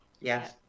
Yes